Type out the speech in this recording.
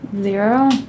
Zero